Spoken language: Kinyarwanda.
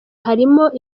harimo